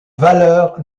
valeurs